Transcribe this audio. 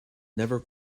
never